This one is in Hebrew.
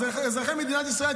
אז אזרחי מדינת ישראל,